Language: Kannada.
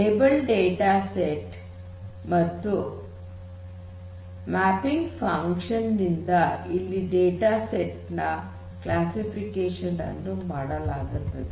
ಲೆಬೆಲ್ಲ್ಡ್ ಡೇಟಾ ಸೆಟ್ ಮತ್ತು ಮ್ಯಾಪಿಂಗ್ ಫನ್ ಕ್ಷನ್ ನಿಂದ ಇಲ್ಲಿ ಡೇಟಾ ಸೆಟ್ ನ ಕ್ಲಾಸಿಫಿಕೇಷನ್ ಅನ್ನು ಮಾಡಲಾಗುತ್ತದೆ